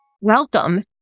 Welcome